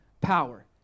power